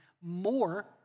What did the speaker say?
more